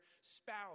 spouse